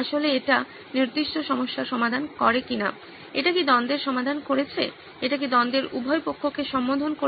আসলে এটা নির্দিষ্ট সমস্যার সমাধান করে কিনা এটি কি দ্বন্দ্বের সমাধান করেছে এটি কি দ্বন্দ্বের উভয় পক্ষকে সম্মোধন করছে